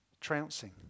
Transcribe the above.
trouncing